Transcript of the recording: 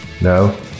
No